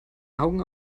augen